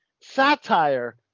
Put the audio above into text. satire